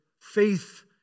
faith